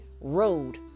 road